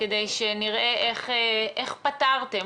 כדי שנראה איך פתרתם,